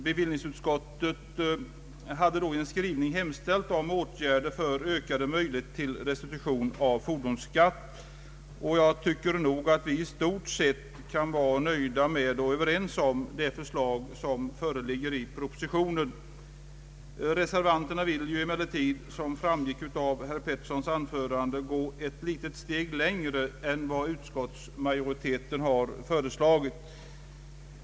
Bevillningsutskottet hade då i en skrivning hemställt om åtgärder för ökade möjligheter till restitution av fordonsskatt. Jag tycker att vi i stort sett kan vara nöjda med det förslag som föreligger i propositionen. Reservanterna vill emellertid, som framgick av herr Petterssons anförande, gå ett steg längre än vad utskottsmajoriteten har föreslagit.